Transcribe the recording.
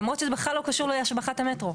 למרות שזה בכלל לא קשור להשבחת המטרו.